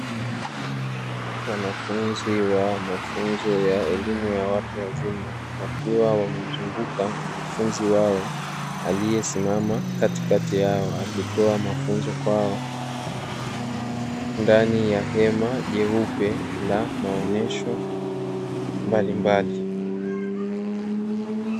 Wanafunzi wa mafunzo ya elimu ya watu wazima, wakiwa wamemzunguka mkufunzi wao, aliyesimama katika yao akitoa mafunzo kwao ndani ya hema jeupe la maonesho mbalimbali.